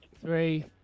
three